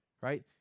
Right